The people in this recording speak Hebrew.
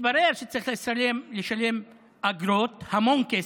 מתברר שצריך לשלם אגרות, המון כסף,